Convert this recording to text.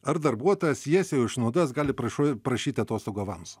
ar darbuotojas jas jau išnaudojęs gali prašu parašyti atostogų avanso